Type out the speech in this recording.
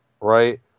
right